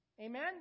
Amen